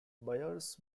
buyers